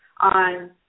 on